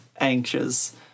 anxious